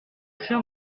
chien